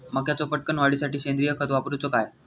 मक्याचो पटकन वाढीसाठी सेंद्रिय खत वापरूचो काय?